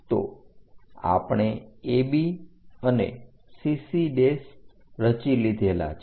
તો આપણે AB અને CC રચી લીધેલા છે